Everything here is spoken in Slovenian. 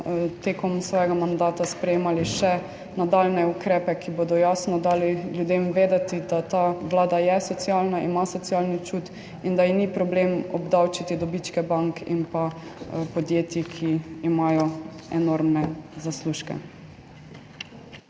tekom svojega mandata sprejemali še nadaljnje ukrepe, ki bodo jasno dali ljudem vedeti, da ta vlada je socialna, ima socialni čut in da ji ni problem obdavčiti dobičkov bank in podjetij, ki imajo enormne zaslužke.